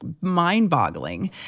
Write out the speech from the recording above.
mind-boggling